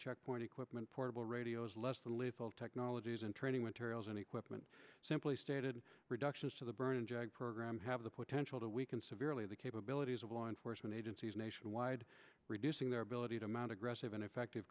checkpoint equipment portable radios less than lethal technologies and training materials and equipment simply stated reductions to the burning jag program have the potential to weaken severely the capabilities of law enforcement agencies nationwide reducing their ability to mount aggressive and effective